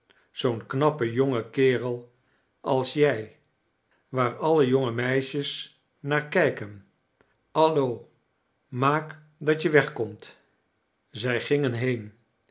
zoo'n knappe jonge kerel als jij waar alle jonge meisjes naar kijken alio maak dat je wegkomt zij gingen heen